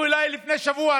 רק לפני שבוע